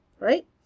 Right